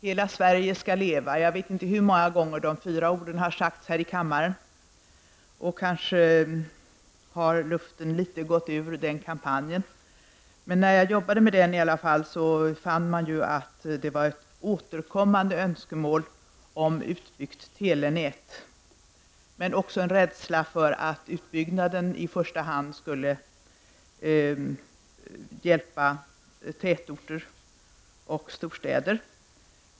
Hela Sverige skall leva. Jag vet inte hur många gånger de fyra orden har sagts här i kammaren. Kanske har luften något gått ur den kampanjen. Men när jag arbetade med kampanjen fann jag att det var ett återkommande önskemål om utbyggt telenät, men också en rädsla för att utbyggnaden i första hand skulle hjälpa tätorter och storstäder.